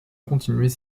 continuer